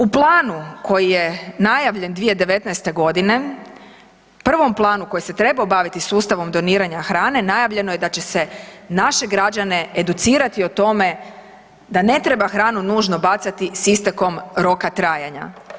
U planu koji je najavljen 2019. godine, prvom planu koji se trebao baviti sustavom doniranja hrane najavljeno je da će se naše građane educirati o tome da ne treba hranu nužno bacati s istekom roka trajanja.